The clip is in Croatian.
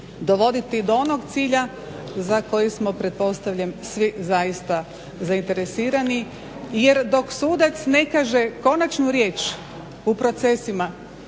dovoditi do onog cilja za koji smo pretpostavljam svi zaista zainteresirani jer dok sudac ne kaže konačnu riječ u procesima